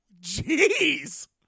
Jeez